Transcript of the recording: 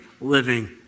living